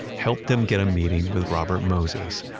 helped him get a meeting with robert moses,